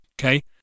Okay